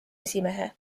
esimehe